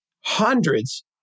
hundreds